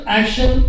action